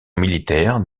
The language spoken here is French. militaire